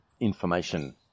Information